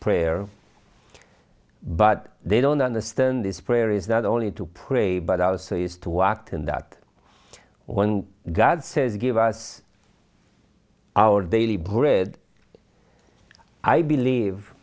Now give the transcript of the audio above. prayer but they don't understand this prayer is not only to pray but are so used to walk him that when god says give us our daily bread i believe